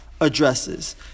addresses